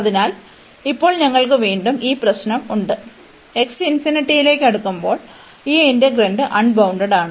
അതിനാൽ ഇപ്പോൾ ഞങ്ങൾക്ക് വീണ്ടും ഈ പ്രശ്നം ഉണ്ട് x ലേക്ക് അടുക്കുമ്പോൾ ഈ ഇന്റെഗ്രാന്റ് അൺബൌണ്ടഡ്ഡാണ്